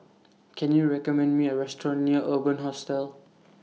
Can YOU recommend Me A Restaurant near Urban Hostel